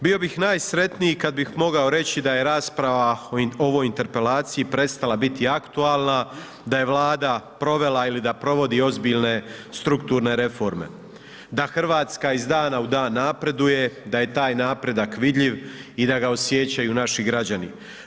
Bio bih najsretniji kad bih mogao reći da je rasprava o ovoj interpelaciji prestala biti aktualna, da je Vlada provela ili da provodi ozbiljne strukturne reforme, da Hrvatska iz dana u dan napreduje, da je taj napredak vidljiv i da ga osjećaju naši građani.